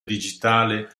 digitale